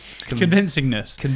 convincingness